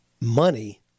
money